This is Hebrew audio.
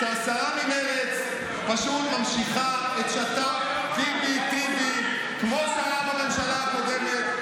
שהשרה ממרצ פשוט ממשיכה את שת"פ ביבי-טיבי כמו שרה בממשלה הקודמת.